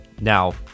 Now